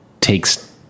takes